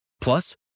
Plus